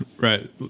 Right